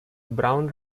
brown